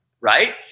right